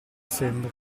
sembri